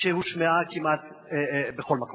שהושמעה כמעט בכל מקום?